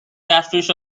catfish